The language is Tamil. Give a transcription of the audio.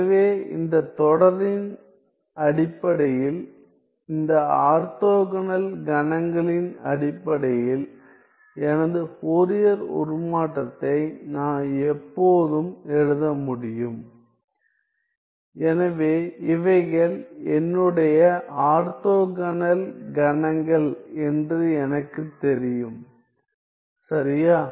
எனவே இந்தத் தொடரின் அடிப்படையில் இந்த ஆர்த்தோகனல் கணங்களின் அடிப்படையில் எனது ஃபோரியர் உருமாற்றத்தை நான் எப்போதும் எழுத முடியும் எனவே இவைகள் என்னுடைய ஆர்த்தோகனல் கணங்கள் என்று எனக்கு தெரியும் சரியா